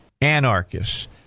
anarchists